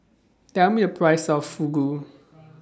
Tell Me The Price of Fugu